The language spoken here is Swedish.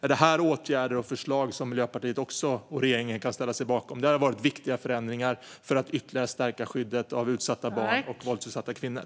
Är det här åtgärder och förslag som även Miljöpartiet och regeringen kan ställa sig bakom? Det vore viktiga förändringar för att ytterligare stärka skyddet av utsatta barn och våldsutsatta kvinnor.